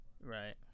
Right